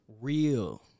real